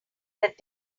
that